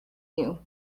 you